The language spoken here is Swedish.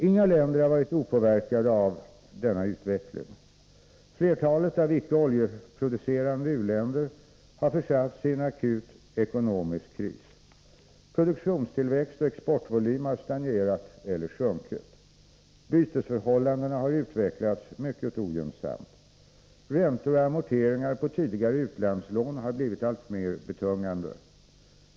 Inga länder har varit opåverkade av denna utveckling. Flertalet icke oljeproducerande u-länder har försatts i en akut ekonomisk kris. Produktionstillväxt och exportvolym har stagnerat eller sjunkit. Bytesförhållandena har utvecklats mycket ogynnsamt. Räntor och amorteringar på tidigare utlandslån har blivit alltmer betungande.